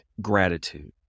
gratitude